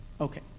Okay